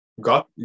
got